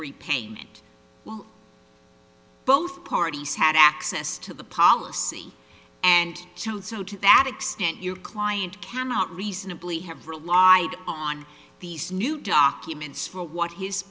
repaid well both parties had access to the policy and so so to that extent your client cannot reasonably have relied on these new documents for what his